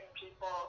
people